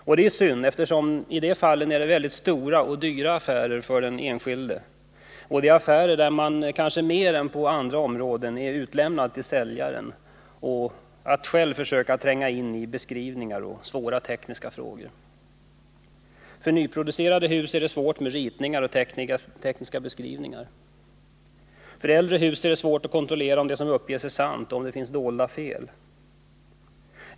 Och det är synd, eftersom det i dessa fall gäller mycket stora och dyra affärer för den enskilde, och det är affärer där man kanske mer än på andra områden är utlämnad till säljaren och till att själv försöka tränga in i beskrivningar och svåra tekniska frågor. För nyproducerade hus är det svårt med ritningar och tekniska beskrivningar. För äldre hus är det svårt att kontrollera om det som uppges är sant och om det finns dolda fel.